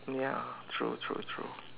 ya true true true